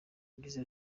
yagize